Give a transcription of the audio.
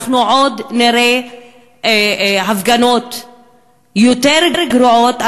אנחנו עוד נראה הפגנות יותר גרועות,